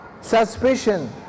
suspicion